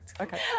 Okay